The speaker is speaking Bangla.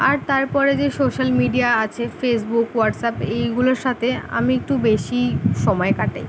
আর তারপরে যে সোশাল মিডিয়া আছে ফেসবুক হোয়াটসঅ্যাপ এইগুলোর সাথে আমি একটু বেশি সময় কাটাই